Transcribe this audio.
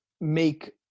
make